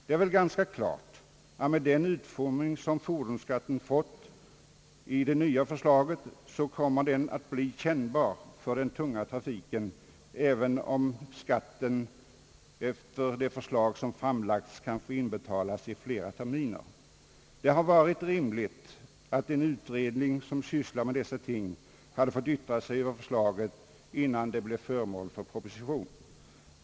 Det är väl ganska klart att fordonsskatten, med den utformning den fått i det nya förslaget, kommer att bli kännbar för den tunga trafiken, även om skatten efter det förslag som framlagts kan få inbetalas i flera terminer. Det hade varit rimligt att den utredning som sysslar med dessa ting fått yttra sig om förslaget innan det blir föremål för proposition.